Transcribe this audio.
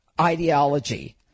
ideology